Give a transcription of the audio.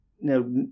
now